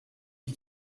you